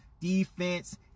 defense